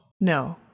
No